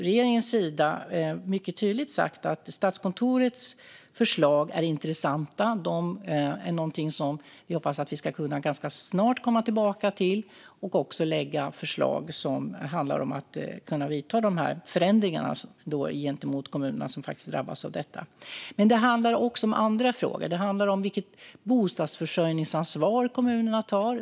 Regeringen har mycket tydligt sagt att Statskontorets förslag är intressanta och någonting som vi hoppas kunna komma tillbaka till ganska snart. Vi hoppas också att vi ska kunna lägga fram förslag som handlar om att kunna genomföra dessa förändringar gentemot de kommuner som faktiskt drabbas av detta. Men det handlar också om andra frågor. Det handlar om vilket bostadsförsörjningsansvar kommunerna tar.